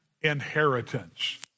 inheritance